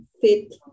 fit